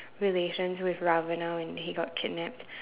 relations with Ravana when he got kidnapped